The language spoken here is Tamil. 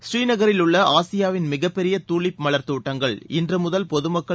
ஸ்ரீநகரிலுள்ள ஆசியாவின் மிகப்பெரிய தூலிப் மலர் தோட்டங்கள் இன்று முதல் பொதுமக்கள்